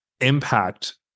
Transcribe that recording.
impact